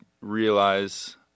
realize